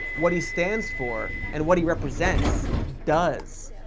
what he stands for, and what he represents, does.